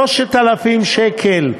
3,000 שקל.